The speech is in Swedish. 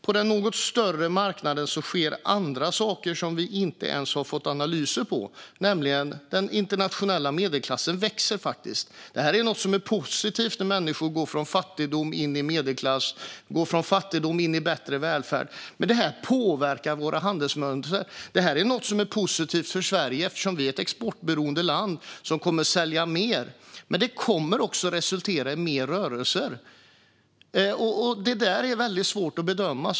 På den något större marknaden sker andra saker som vi inte ens har fått analyser på. Den internationella medelklassen växer faktiskt. Det är något som är positivt när människor går från fattigdom in i medelklass och från fattigdom in i bättre välfärd. Det påverkar våra handelsmönster. Det är något som är positivt för Sverige eftersom vi är ett exportberoende land som kommer att sälja mer. Men det kommer också resultera i mer rörelser. Det är väldigt svårt att bedöma.